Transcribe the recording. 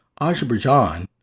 Azerbaijan